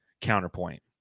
counterpoint